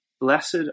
Blessed